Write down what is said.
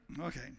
Okay